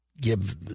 give